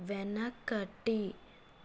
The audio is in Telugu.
వెనకటి